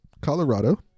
Colorado